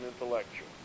intellectual